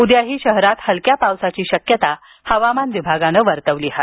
उद्याही शहरात हलक्या पावसाची शक्यता हवामान विभागानं वर्तवली आहे